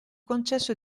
concesso